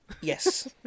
yes